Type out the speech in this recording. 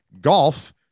golf